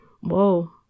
Whoa